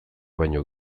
baino